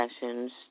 sessions